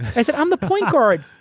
and so i'm the point guard,